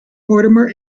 mortimer